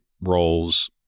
roles